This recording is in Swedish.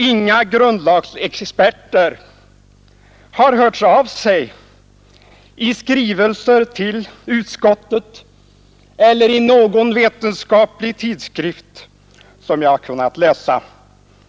Inga grundlagsexperter har hört av sig i skrivelser till utskottet eller i någon vetenskaplig tidskrift som jag har kunnat läsa.